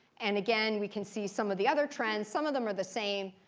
and again, we can see some of the other trends. some of them are the same.